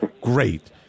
great